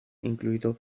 incluido